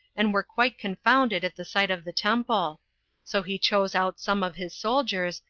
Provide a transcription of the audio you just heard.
and were quite confounded at the sight of the temple so he chose out some of his soldiers,